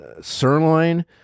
Sirloin